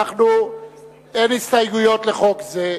אין הסתייגויות לחוק זה,